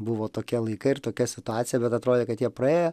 buvo tokie laikai ir tokia situacija bet atrodė kad jie praėjo